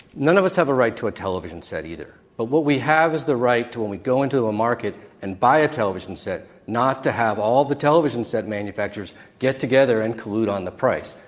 none of have a right to a television set either, but what we have is the right to when we go into a market and buy a television set not to have all the television set manufacturers get together and collude on the price.